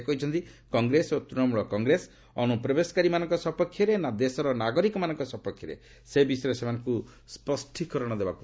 ସେ କହିଛନ୍ତି କଂଗ୍ରେସ ଓ ତୂଶମୂଳ କଂଗ୍ରେସ ଅନୁପ୍ରବେଶକାରୀମାନଙ୍କ ସପକ୍ଷରେ ନା ଦେଶର ନାଗରିକମାନଙ୍କ ସପକ୍ଷରେ ସେ ବିଷୟରେ ସେମାନଙ୍କୁ ସ୍ୱଷ୍ଟୀକରଣ ଦେବାକୁ ହେବ